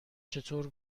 چطور